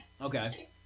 Okay